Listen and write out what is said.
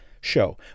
show